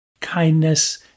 kindness